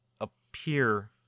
appear